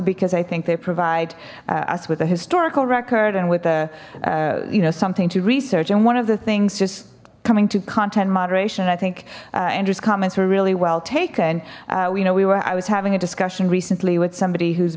because i think they provide us with a historical record and with a you know something to research and one of the things just coming to content moderation i think andrews comments were really well taken you know we were i was having a discussion recently with somebody who's